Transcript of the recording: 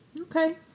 Okay